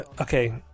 Okay